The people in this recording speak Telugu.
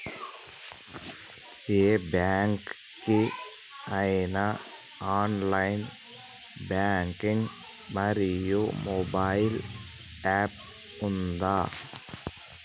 ఏ బ్యాంక్ కి ఐనా ఆన్ లైన్ బ్యాంకింగ్ మరియు మొబైల్ యాప్ ఉందా?